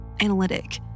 analytic